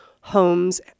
homes